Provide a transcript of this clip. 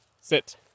Sit